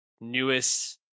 newest